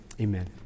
Amen